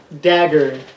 dagger